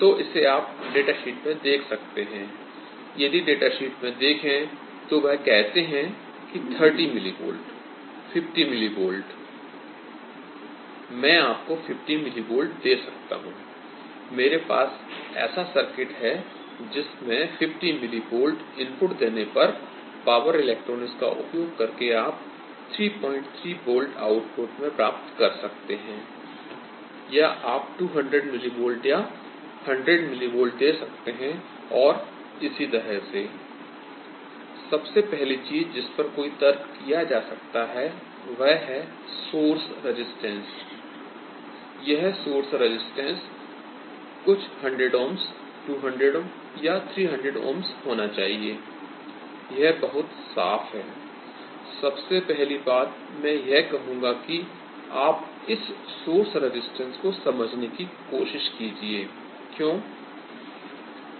तो इसे आप डाटा शीट में देख सकते हैं I यदि डाटा शीट में देखें तो वह कहते हैं कि 30 मिली वोल्ट 50 मिली वोल्ट मैं आपको 50 मिली वोल्ट दे सकता हूं I मेरे पास ऐसा सर्किट है जिसमें 50 मिली वोल्ट इनपुट देने पर पावर इलेक्ट्रॉनिक्स का उपयोग करके आप 33 वोल्ट आउटपुट में प्राप्त कर सकते हैं या आप 200 मिली वोल्ट या 100 मिलिवोल्ट दे सकते हैं और इसी तरह से सबसे पहली चीज जिस पर कोई तर्क किया जा सकता है वह है सोर्स रजिस्टेंस I यह सोर्स रजिस्टेंस कुछ 100 ओम्स 200 या 300 ओम्स होना चाहिए I यह बहुत साफ है I सबसे पहली बात मैं यह कहूँगा कि आप इस सोर्स रजिस्टेंस को समझने की कोशिश कीजिए I क्यों